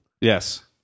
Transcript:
Yes